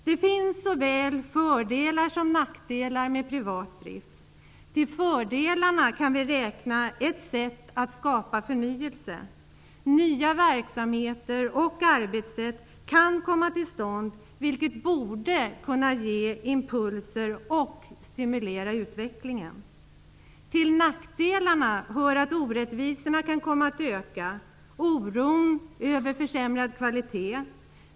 Det finns såväl fördelar som nackdelar med privat drift. Till fördelarna kan vi räkna att det är ett sätt att skapa förnyelse. Nya verksamheter och arbetssätt kan komma till stånd, vilket borde kunna ge impulser och stimulera utvecklingen. Till nackdelarna hör att orättvisorna kan komma att öka, och oron över en försämring av kvaliteten.